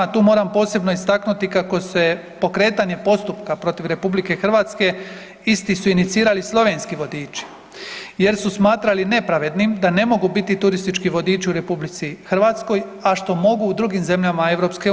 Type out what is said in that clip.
Tu moram posebno istaknuti kako se pokretanje postupka protiv RH isti su inicirali slovenski vodiči jer su smatrali nepravednim da ne mogu biti turistički vodiči u RH, a što mogu u drugim zemljama EU.